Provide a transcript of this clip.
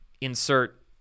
insert